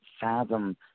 fathom